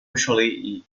usually